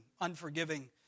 unforgiving